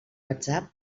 whatsapp